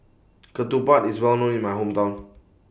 Ketupat IS Well known in My Hometown